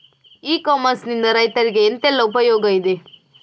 E commerce ನಿಂದ ರೈತರಿಗೆ ಎಂತೆಲ್ಲ ಉಪಯೋಗ ಇದೆ?